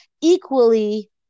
equally